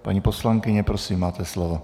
Paní poslankyně, prosím, máte slovo.